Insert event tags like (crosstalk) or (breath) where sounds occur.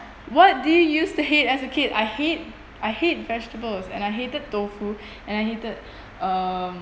what did you say as a kid I hate I hate vegetables and I hated tofu and I hated (breath) um